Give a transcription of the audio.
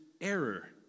error